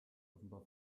offenbar